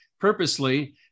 purposely